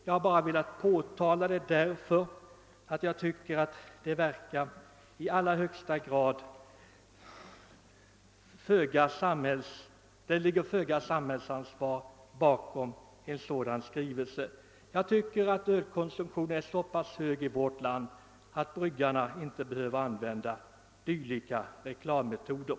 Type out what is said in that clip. Jag har velat påtala detta, eftersom jag tycker att det ligger föga samhällsansvar bakom en sådan skrivelse. Ölkonsumtionen är så pass hög i vårt land, att bryggarna inte skall behöva använda dylika reklammetoder.